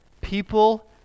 People